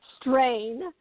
strain